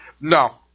No